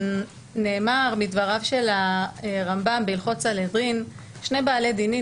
נאמר מדבריו של הרמב"ם בהלכות סנהדרין: שני בעלי דינים